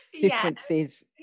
differences